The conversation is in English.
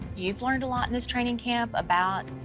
you've learned a lot in this training camp about